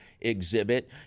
exhibit